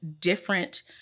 different